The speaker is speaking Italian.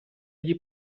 gli